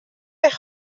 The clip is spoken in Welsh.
eich